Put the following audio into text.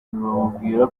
bamubwira